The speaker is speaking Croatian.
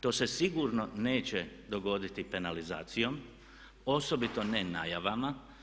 To se sigurno neće dogoditi penalizacijom, osobito ne najavama.